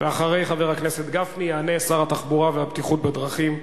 ואחרי חבר הכנסת גפני יענה שר התחבורה והבטיחות בדרכים,